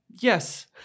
Yes